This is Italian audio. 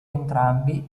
entrambi